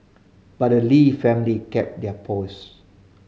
but the Lee family kept their poise